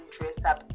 dress-up